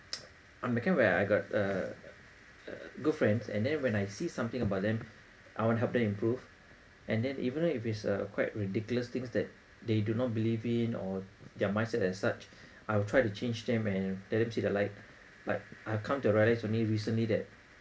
I'm the kind where I got a a good friends and then when I see something about them I want to help them improve and then even though if it's a quite ridiculous things that they do not believe in or their mindset as such I will try to change them and let them see the light like I've come to realise only recently that